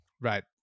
Right